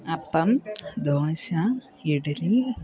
അപ്പം ദോശ ഇഡലി